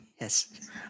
Yes